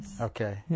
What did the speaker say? Okay